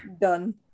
done